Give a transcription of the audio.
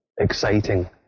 exciting